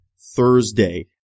Thursday